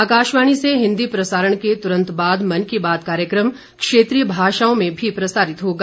आकाशवाणी से हिन्दी प्रसारण के तुरंत बाद मन की बात कार्यक्रम क्षेत्रीय भाषाओं में भी प्रसारित होगा